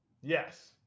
Yes